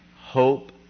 hope